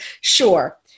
Sure